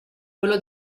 quello